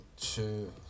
two